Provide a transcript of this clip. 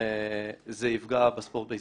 זה יפגע בספורט בישראל,